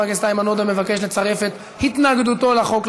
חבר הכנסת איימן עודה מבקש לצרף את התנגדותו לחוק,